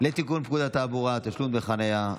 לתיקון פקודת התעבורה (תשלום דמי חניה),